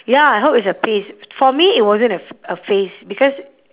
ya I hope it's a phase for me it wasn't a ph~ a phase because